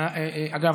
אגב,